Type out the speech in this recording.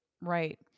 Right